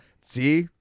see